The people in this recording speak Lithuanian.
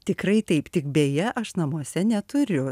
tikrai taip tik beje aš namuose neturiu